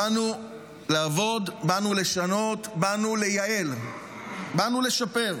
באנו לעבוד, באנו לשנות, באנו ליעל, באנו לשפר.